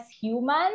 human